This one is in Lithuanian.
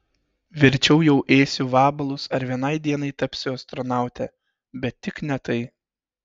verčiau jau ėsiu vabalus ar vienai dienai tapsiu astronaute bet tik ne tai